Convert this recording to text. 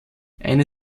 eine